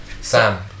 Sam